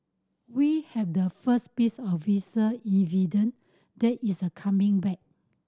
we have the first piece of visual evidence that is a coming back